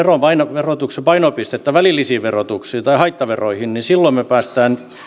verotuksen painopistettä välillisiin veroihin tai haittaveroihin silloin me pääsemme